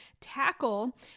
tackle